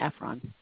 Efron